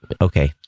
okay